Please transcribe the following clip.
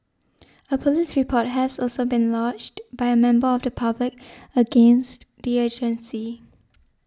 a police report has also been lodged by a member of the public against the agency